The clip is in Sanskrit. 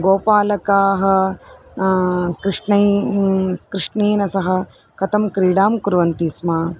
गोपालकाः कृष्णेन कृष्णेन सह कथं क्रीडां कुर्वन्ति स्म